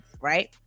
right